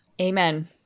Amen